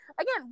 Again